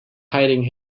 hiding